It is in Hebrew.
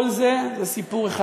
כל זה זה סיפור אחד.